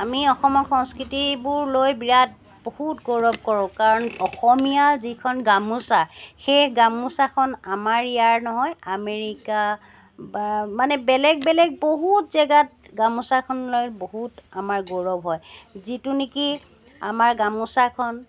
আমি অসমৰ সংস্কৃতিবোৰ লৈ বিৰাট বহুত গৌৰৱ কৰোঁ কাৰণ অসমীয়া যিখন গামোচা সেই গামোচাখন আমাৰ ইয়াৰ নহয় আমেৰিকা বা মানে বেলেগ বেলেগ বহুত জেগাত গামোচাখন লৈ বহুত আমাৰ গৌৰৱ হয় যিটো নেকি আমাৰ গামোচাখন